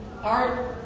art